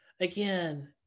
Again